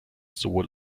sowohl